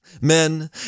men